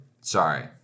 sorry